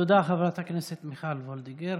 תודה, חברת הכנסת מיכל וולדיגר.